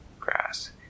grass